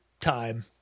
time